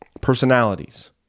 personalities